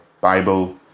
Bible